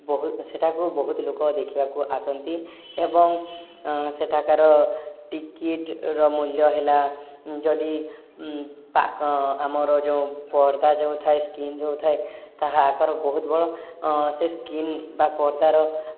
ବହୁ ସେଠାକୁ ବହୁତ ଲୋକ ଦେଖିବାକୁ ଆସନ୍ତି ଏବଂ ସେଠାକାର ଟିକେଟ୍ର ମୂଲ୍ୟ ହେଲା ଯଦି ଆମର ଯେଉଁ ପରଦା ଯେଉଁ ଥାଏ ସ୍କ୍ରିନ୍ ଯେଉଁ ଥାଏ ତାହା ଆକାରର ବହୁତ ବଡ଼ ସେ ସ୍କ୍ରିନ୍ ବା ପରଦାର